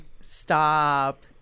Stop